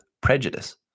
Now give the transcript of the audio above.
prejudice